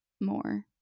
more